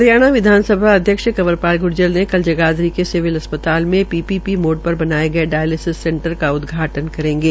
हरियाणा विधानसभा अध्यक्ष कंवर पाल गुर्जर कल जगाधरी के सिविल अस्पताल में पीपीपी मोड पर बनाये गए डायलिसस सेंटर का उदघाटन े करेंगे